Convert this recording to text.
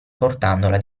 portandola